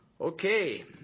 Okay